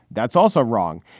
that's also wrong.